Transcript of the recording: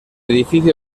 edificio